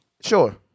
Sure